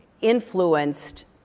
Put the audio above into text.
influenced